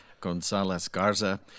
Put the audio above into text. Gonzalez-Garza